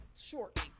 shortly